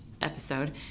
episode